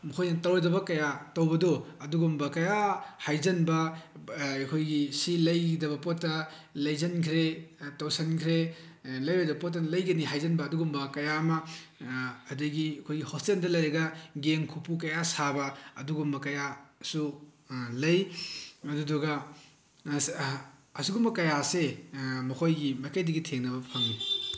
ꯃꯈꯣꯏꯅ ꯇꯧꯔꯣꯏꯗꯕ ꯀꯌꯥ ꯇꯧꯕꯗꯣ ꯑꯗꯨꯒꯨꯝꯕ ꯀꯌꯥ ꯍꯥꯏꯖꯤꯟꯕ ꯑꯩꯈꯣꯏꯒꯤ ꯁꯤ ꯂꯩꯒꯗꯕ ꯄꯣꯠꯇ ꯂꯩꯁꯤꯟꯈ꯭ꯔꯦ ꯇꯧꯁꯤꯟꯈ꯭ꯔꯦ ꯂꯩꯔꯣꯏꯗꯕ ꯄꯣꯠꯇꯅ ꯂꯩꯒꯅꯤ ꯍꯥꯏꯖꯤꯟꯕ ꯑꯗꯨꯒꯨꯝꯕ ꯀꯌꯥ ꯑꯃ ꯑꯗꯒꯤ ꯑꯩꯈꯣꯏꯒꯤ ꯍꯣꯁꯇꯦꯜꯗ ꯂꯩꯔꯒ ꯒꯦꯡ ꯈꯨꯠꯄꯨ ꯀꯌꯥ ꯁꯥꯕ ꯑꯗꯨꯒꯨꯝꯕ ꯀꯌꯥꯁꯨ ꯂꯩ ꯑꯗꯨꯗꯨꯒ ꯑꯁꯤꯒꯨꯝꯕ ꯀꯌꯥꯁꯦ ꯃꯈꯣꯏꯒꯤ ꯃꯥꯏꯀꯩꯗꯒꯤ ꯊꯦꯡꯅꯕ ꯐꯪꯉꯤ